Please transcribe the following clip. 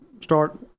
start